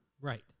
Right